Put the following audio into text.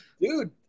dude